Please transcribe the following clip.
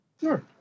Sure